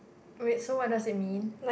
wait so what does it mean